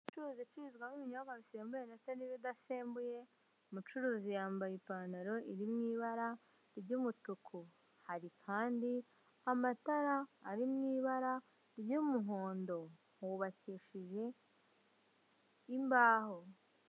Ubucuruzi icururizwamo ibinyobwa bisembuye ndetse n'ibidasembuye umucuruzi yambaye ipantaro iri mu ibara ry'umutuku hari kandi amatara ari mu ibara ry'umuhondo hubakishije imbaho.